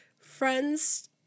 friends